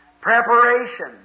Preparation